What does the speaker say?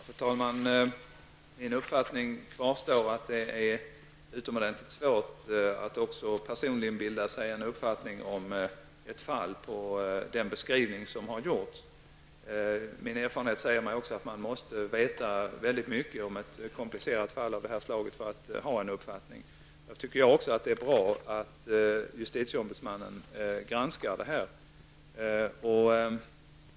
Fru talman! Min uppfattning kvarstår att det är utomordentligt svårt att personligen bilda sig en uppfattning om ett fall med den beskrivning som har givits. Min erfarenhet säger mig att man måste veta mycket om ett komplicerat fall av detta slag för att kunna ha en uppfattning. Jag tycker att det är bra att justitieombudsmannen granskar fallet.